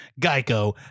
geico